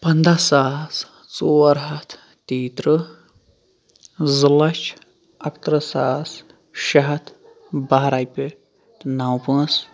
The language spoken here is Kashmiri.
پَنٛداہ ساس ژور ہَتھ تیٚیہِ تٕرٛہ زٕ لَچھ اَکہٕ تٕرٛہ ساس شےٚ ہَتھ بَہہ رۄپیہِ نَو پونٛسہٕ